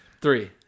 Three